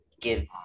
give